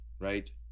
right